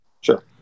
Sure